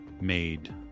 made